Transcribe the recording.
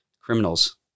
criminals